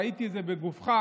ראיתי את זה על גופך.